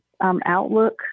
Outlook